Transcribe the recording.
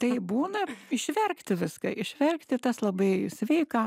tai būna išverkti viską išverkti tas labai sveika